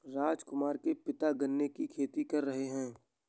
राजकुमार के पिता गन्ने की खेती कर रहे हैं